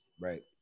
right